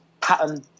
pattern